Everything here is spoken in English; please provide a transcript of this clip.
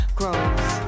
grows